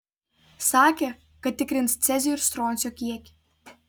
sakė kad tikrins cezio ir stroncio kiekį